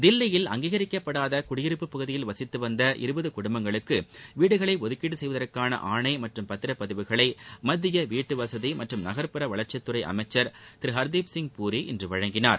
தில்லியில் அங்கீகரிக்கப்படாத குடியிருப்பு பகுதிகளில் வசித்து வந்த இருபது குடும்பங்களுக்கு வீடுகளை ஒதுக்கீடு செய்வதற்கான ஆணை மற்றும் பத்திரப்பதிவுகளை மத்திய வீட்டு வசதி மற்றும் நகர்ப்புற வளர்ச்சித்துறை அமைச்சர் திரு ஹர்திப்சிங் பூரி இன்று வழங்கினார்